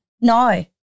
No